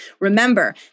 Remember